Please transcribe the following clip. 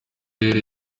rero